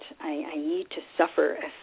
I-need-to-suffer